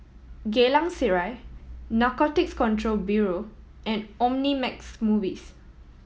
Geylang Serai Narcotics Control Bureau and Omnimax Movies